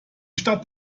stadt